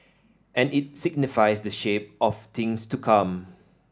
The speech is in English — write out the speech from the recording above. and it signifies the shape of things to come